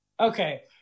Okay